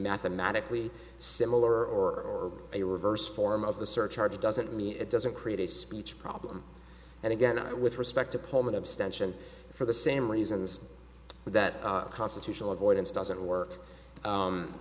mathematically similar or a reverse form of the surcharge doesn't mean it doesn't create a speech problem and again it with respect to pullman abstention for the same reasons that constitutional avoidance doesn't work